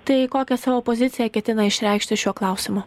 tai kokią savo poziciją ketina išreikšti šiuo klausimu